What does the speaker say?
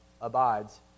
abides